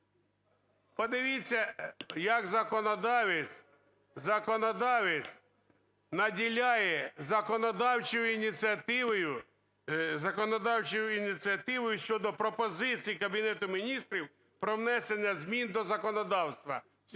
законодавець, законодавець наділяє законодавчою ініціативою щодо пропозицій Кабінету Міністрів про внесення змін до законодавства